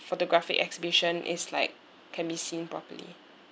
photographic exhibition is like can be seen properly